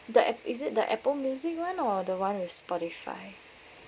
the app~ is it the Apple music [one] or the [one] with spotify